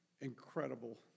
incredible